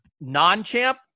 non-champ